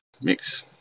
mix